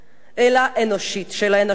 אלא האנושית, של האנושות כולה.